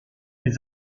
les